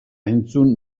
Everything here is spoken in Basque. entzun